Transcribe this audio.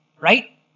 right